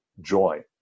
joy